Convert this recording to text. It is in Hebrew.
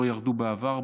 לא ירדו בעבר,